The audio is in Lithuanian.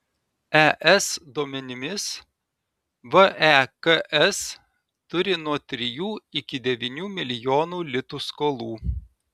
es duomenimis veks turi nuo trijų iki devynių milijonų litų skolų